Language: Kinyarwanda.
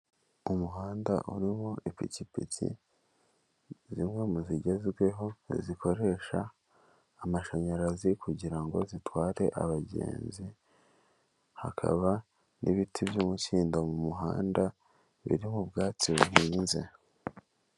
Umuhanda urimo ipikipiki, zimwe mu zigezweho, zikoresha amashanyarazi kugira ngo zitware abagenzi, hakaba n'ibiti by'umukindo mu muhanda biri mu bwatsi buhinze.